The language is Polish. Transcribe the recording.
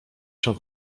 się